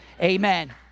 Amen